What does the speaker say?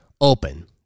open